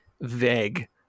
vague